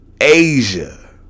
Asia